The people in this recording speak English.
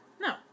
No